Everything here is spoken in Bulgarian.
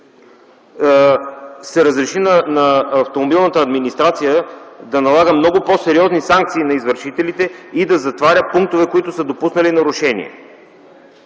се разреши на автомобилната администрация да налага много по-сериозни санкции на извършителите и да затваря пунктове, които са допуснали нарушение.